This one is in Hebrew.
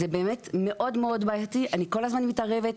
זה באמת מאוד מאוד בעייתי, אני כל הזמן מתערבת,